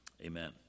Amen